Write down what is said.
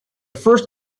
first